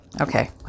Okay